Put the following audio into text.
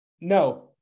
no